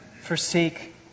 forsake